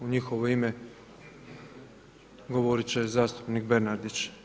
U njihovo ime govoriti će zastupnik Bernardić.